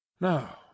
Now